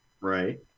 Right